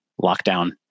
lockdown